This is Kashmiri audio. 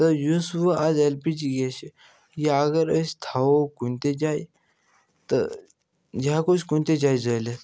تہٕ یُس وۅنۍ اَز ایٚل پی جی گیس چھِ یہِ اگر أسۍ تھاوَو کُنہِ تہِ جایہِ تہٕ یہِ ہیٚکو أسۍ کُنہِ تہِ جایہِ زٲلِتھ